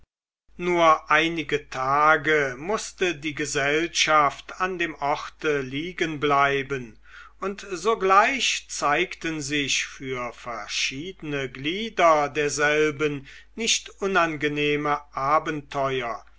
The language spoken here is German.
nur einige tage mußte die gesellschaft an dem orte liegenbleiben und sogleich zeigten sich für verschiedene glieder derselben nicht unangenehme abenteuer